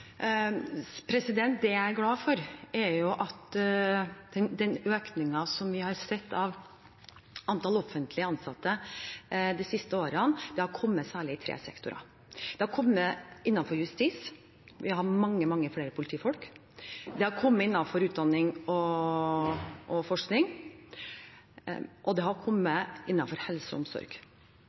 Det jeg er glad for, er at den økningen vi har sett i antall offentlig ansatte de siste årene, har kommet særlig i tre sektorer: Det har kommet innenfor justissektoren, vi har mange flere politifolk, det har kommet innenfor utdanning og forskning, og det har kommet innenfor helse- og omsorg,